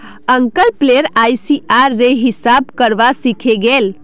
uncle player ICR रे हिसाब करवा सीखे गेल